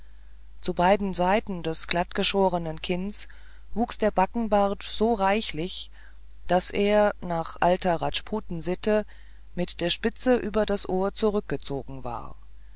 zu beiden seiten des glattgeschorenen kinns wuchs der backenbart so reichlich daß er nach altrajputaner sitte mit der spitze über das ohr zurückgezogen war